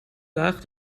laag